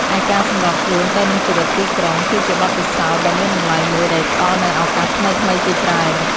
ឯការសម្របខ្លួនទៅនឹងជីវិតទីក្រុង គឺជាបទពិសោធន៍ដ៏មានតម្លៃមួយដែលផ្តល់នូវឱកាសថ្មីៗជាច្រើន។